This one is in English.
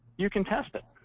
you can test it.